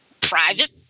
private